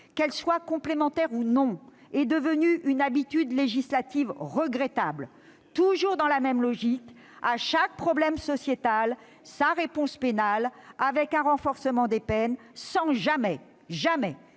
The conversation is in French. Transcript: qu'elles soient complémentaires ou non, est devenue une habitude législative regrettable, toujours dans la même logique : à chaque problème « sociétal » sa réponse pénale, avec un renforcement des peines, sans jamais- je dis